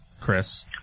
Chris